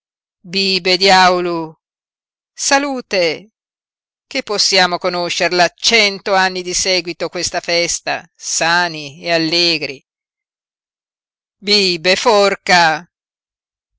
bibe diaulu salute che possiamo conoscerla cento anni di seguito questa festa sani e allegri bibe forca